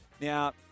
Now